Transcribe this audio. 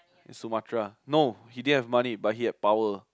the Sumatra no he didn't have money but he had power